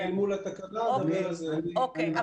אוקיי.